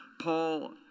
Paul